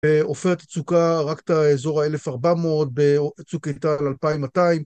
בעופרת יצוקה רק את האזור ה-1400 וצוק איתן, 2200.